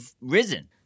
risen